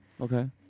okay